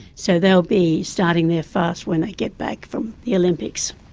so they'll be starting their fast when they get back from the olympics.